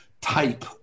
type